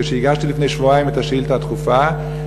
כשהגשתי לפני שבועיים את השאילתה הדחופה,